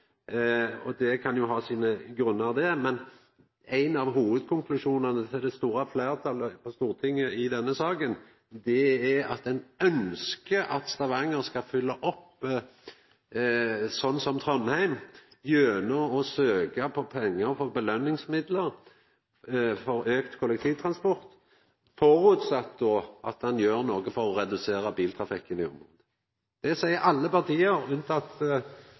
Det kan jo ha sine grunnar, men ein av hovudkonklusjonane til det store fleirtalet på Stortinget i denne saka er at ein ønskjer at Stavanger skal fylla opp, sånn som Trondheim, gjennom å søkja om pengar i form av belønningsmidlar for auka kollektivtransport, så framt ein då gjer noko for å redusera biltrafikken i området. Det seier alle partia,